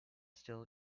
still